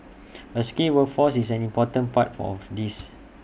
A skilled workforce is an important part for of this